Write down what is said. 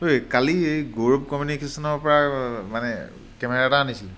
ঐ কালি এই গৌৰৱ কমিউনিকেশ্যনৰ পৰা মানে কেমেৰা এটা আনিছিলোঁ